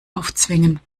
aufzwingen